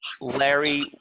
Larry